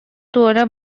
туора